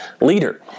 leader